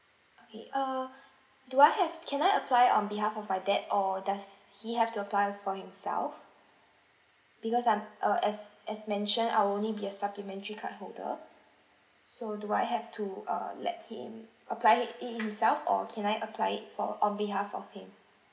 okay err do I have can I apply on behalf of my dad or does he have to apply for himself because I'm uh as as mention I'll only be a supplementary card holder so do I have to uh let him apply it it himself or can I apply it for on behalf of him